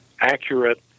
accurate